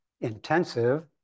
intensive